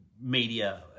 media